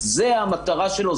זו המטרה שלו,